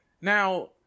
Now